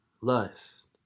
lust